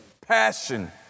passion